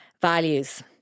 values